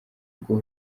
rwo